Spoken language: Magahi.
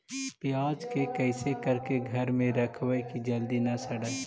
प्याज के कैसे करके घर में रखबै कि जल्दी न सड़ै?